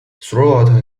throughout